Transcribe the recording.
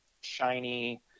shiny